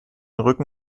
rücken